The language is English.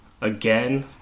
Again